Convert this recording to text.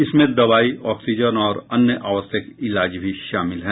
इसमें दवाई ऑक्सीजन और अन्य आवश्यक इलाज भी शामिल हैं